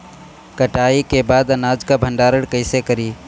कटाई के बाद अनाज का भंडारण कईसे करीं?